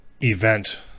event